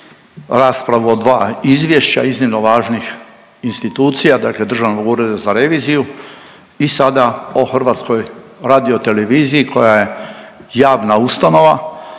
raspravu o dva izvješća iznimno važnih institucija dakle Državnog ureda za reviziju i sada o HRT-u koja je javna ustanova,